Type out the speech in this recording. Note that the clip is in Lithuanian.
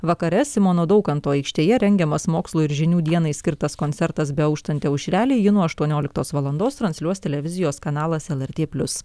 vakare simono daukanto aikštėje rengiamas mokslo ir žinių dienai skirtas koncertas beauštanti aušrelė jį nuo aštuonioliktos valandos transliuos televizijos kanalas lrt plius